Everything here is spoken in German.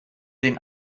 den